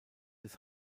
des